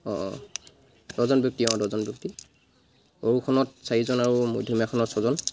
অঁ অঁ দহজন ব্যক্তি অঁ দহজন ব্যক্তি সৰুখনত চাৰিজন আৰু মধ্যমীয়াখনত ছয়জন